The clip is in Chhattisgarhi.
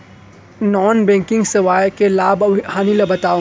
नॉन बैंकिंग सेवाओं के लाभ अऊ हानि ला बतावव